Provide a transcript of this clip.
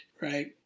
right